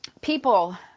people